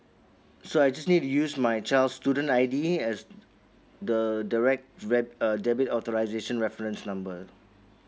so I just need to use my child student I_D as the the right deb~ uh debit authorization reference number